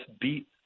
beat